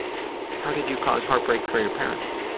how did you cause heartbreak for your parents?